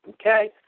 Okay